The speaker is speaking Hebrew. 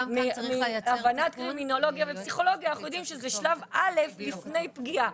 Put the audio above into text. מהבנת קרימינולוגיה ופסיכולוגיה אנחנו יודעים שזה שלב א' לפני פגיעה.